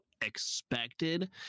expected